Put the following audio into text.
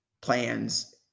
plans